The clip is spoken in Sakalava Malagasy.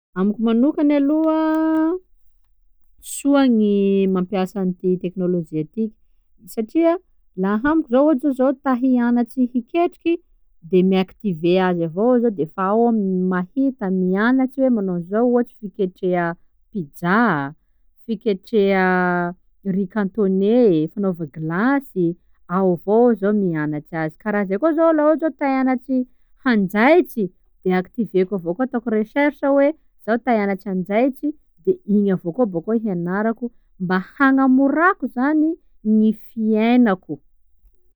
Amiko manokany aloha, soa gny mampiasa anty teknôlôjia tiky satria laha amiko zao ohatsy zô ta hianatsy hiketriky, de miactiver azy avao ro de efa ao ro mahita, gny mianatsy hoe manao anzao ohatsy fiketreha pizza, fiketreha riz cantonais, fanaova glasy, ao avao zaho no mianatsy azy; karaha zay koa zô laha iha laha ta hianatsy hanjaitsy, de activeko avao koa, ataoko recherche hoe zah ta hianatsy hanjaitsy, de igny aveo koa bôkô hianarako mba hagnamorako zany gny fiainako.